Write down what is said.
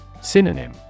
Synonym